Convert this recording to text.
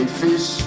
fish